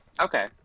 okay